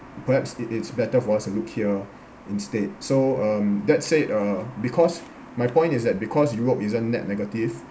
perhaps it it's better for us to look here instead so um that said uh because my point is that because europe isn't net negative